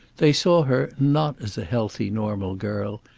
they saw her, not as a healthy, normal girl,